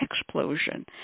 explosion